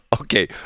okay